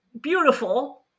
beautiful